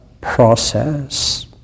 process